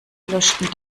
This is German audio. gelöschten